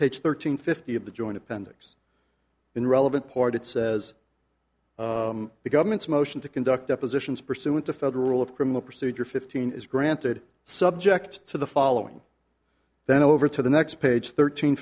page thirteen fifty of the joint appendix in relevant part it says the government's motion to conduct depositions pursuant to federal rule of criminal procedure fifteen is granted subject to the following then over to the next page thirteen